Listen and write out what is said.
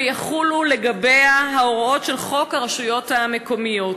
ויחולו לגביה ההוראות של חוק הרשויות המקומיות.